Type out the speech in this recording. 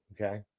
okay